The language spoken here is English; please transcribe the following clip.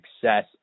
success